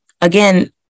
again